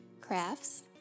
crafts